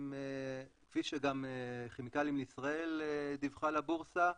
כפי שגם כימיקלים לישראל דיווחה לבורסה,